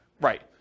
Right